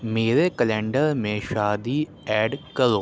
میرے کیلنڈر میں شادی ایڈ کرو